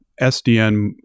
SDN